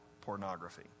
pornography